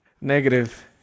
negative